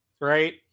right